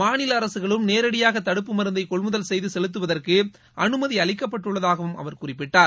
மாநில அரசுகளும் நேரடியாக தடுப்பு மருந்தை கொள்முதல் செய்து செலுத்துவதற்கு அனுமதி அளிக்கப்பட்டுள்ளதாகவும் அவர் குறிப்பிட்டார்